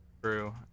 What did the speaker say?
True